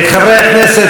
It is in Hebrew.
חברי הכנסת,